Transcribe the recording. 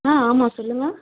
ஆ ஆமாம் சொல்லுங்கள்